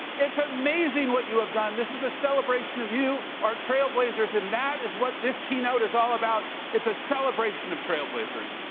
it's amazing what you have done. this is a celebration of you, our trailblazers, and that is what this keynote is all about. it's a celebration of trailblazers,